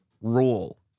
rule